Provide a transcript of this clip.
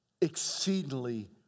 exceedingly